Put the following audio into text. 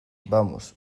vamos